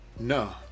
No